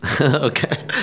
Okay